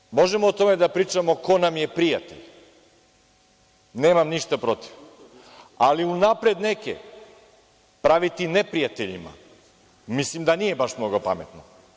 Dalje, možemo o tome da pričamo ko nam je prijatelje, nemam ništa protiv, ali unapred neke praviti neprijateljima, mislim da nije mnogo pametno.